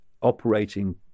operating